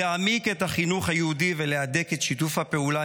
להעמיק את החינוך היהודי ולהדק את שיתוף הפעולה